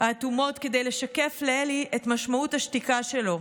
האטומות כדי לשקף לאלי את משמעות השתיקה שלו.